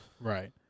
Right